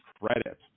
credit